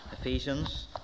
ephesians